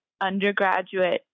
undergraduate